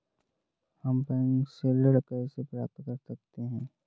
हम बैंक से ऋण कैसे प्राप्त कर सकते हैं?